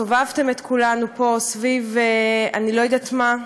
סובבתם את כולנו פה סביב אני לא יודעת מה,